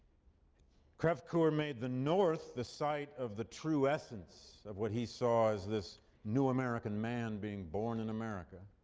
crevecoeur made the north the site of the true essence of what he saw as this new american man being born in america,